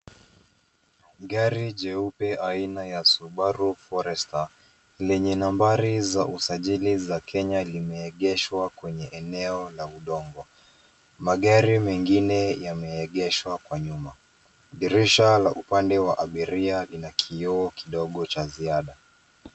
Gari jeupe aina ya Subaru Forester, lenye nambari za usajili za kenya limeegeshwa kwenye eneo la udongo. Magari mengine yameegshwa kwa nyuma. Dirisha la upande wa abiria lina kioo kidogo cha ziada.